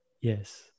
yes